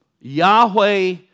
Yahweh